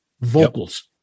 vocals